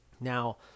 Now